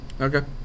Okay